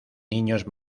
niños